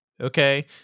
Okay